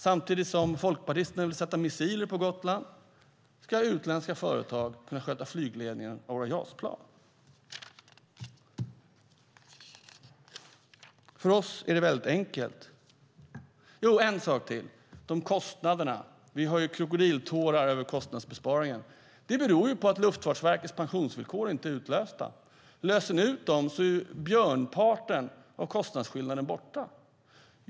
Samtidigt som folkpartisterna vill sätta missiler på Gotland ska utländska kunna sköta flygledningen av våra JAS-plan. Vi ser er fälla krokodiltårar över kostnadsbesparingen. Den beror på att Luftfartsverkets pensionsvillkor inte är lösta. Löser ni den frågan är björnparten av kostnadsskillnaden borta.